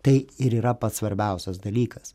tai ir yra pats svarbiausias dalykas